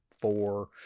four